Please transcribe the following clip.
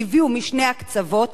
שהביאו משני הקצוות,